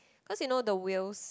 cause you know the whales